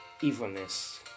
evilness